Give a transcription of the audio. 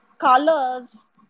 colors